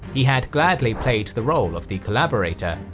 he had gladly played the role of the collaborator,